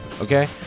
Okay